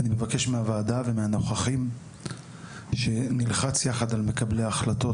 אני מבקש מהוועדה ומהנוכחים שנלחץ יחד על מקבלי החלטות.